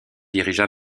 dirigea